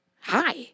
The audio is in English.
Hi